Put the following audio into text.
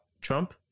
Trump